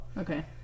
Okay